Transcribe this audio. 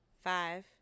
five